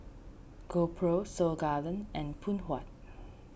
GoPro Seoul Garden and Phoon Huat